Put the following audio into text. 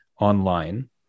online